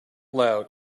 loud